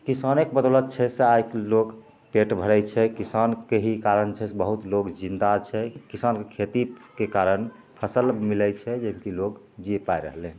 किसानेके बदौलति जे छै से आइ लोक पेट भरै छै किसानके ही कारण जे छै से बहुत लोग जिन्दा छै किसानके खेतीके कारण फसिल मिलै छै जाहिमे कि लोक जी पै रहलै हँ